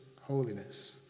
holiness